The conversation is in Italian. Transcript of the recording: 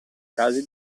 casi